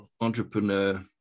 entrepreneur